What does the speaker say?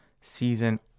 season